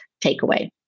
takeaway